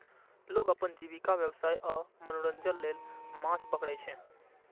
लोग अपन जीविका, व्यवसाय आ मनोरंजन लेल माछ पकड़ै छै